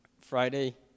Friday